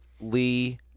Lee